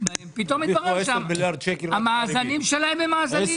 פתאום מתברר שהמאזנים שלהם הם מאזנים